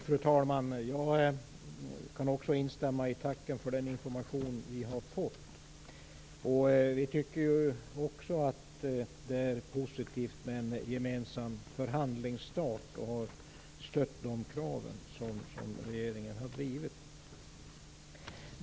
Fru talman! Jag kan också instämma i tacken för den information som vi har fått. Vi tycker ju också att det är positivt med en gemensam förhandlingsstart, och vi har stött de krav som regeringen har drivit.